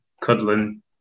cuddling